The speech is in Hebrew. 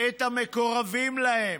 את המקורבים להם,